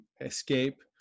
escape